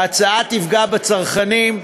ההצעה תפגע בצרכנים.